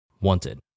wanted